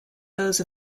those